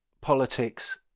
politics